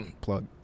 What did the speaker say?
Plug